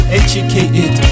educated